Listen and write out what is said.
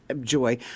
joy